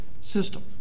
system